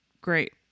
great